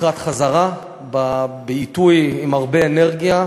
לקראת חזרה בעיתוי עם הרבה אנרגיה,